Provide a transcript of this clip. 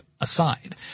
aside